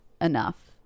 enough